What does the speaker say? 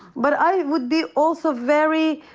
but i would be also very,